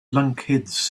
lunkheads